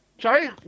Sorry